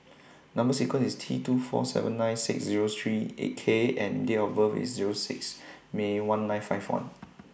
Number sequence IS T two four seven nine six Zero three K and Date of birth IS Zero six May one nine five one